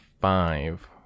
five